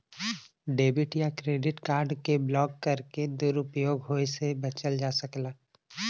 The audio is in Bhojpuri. डेबिट या क्रेडिट कार्ड के ब्लॉक करके दुरूपयोग होये बचल जा सकला